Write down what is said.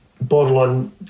borderline